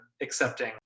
accepting